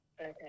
Okay